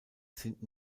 sind